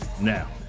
Now